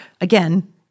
Again